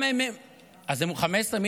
15. 15?